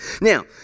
Now